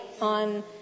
on